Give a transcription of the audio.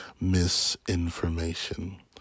misinformation